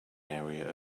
area